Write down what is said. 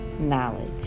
Knowledge